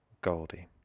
goldie